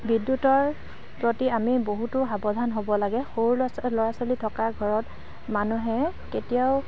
বিদ্যুতৰ প্ৰতি আমি বহুতো সাৱধান হ'ব লাগে সৰু ল'ৰা ছ ল'ৰা ছোৱালী থকা ঘৰত মানুহে কেতিয়াও